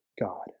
God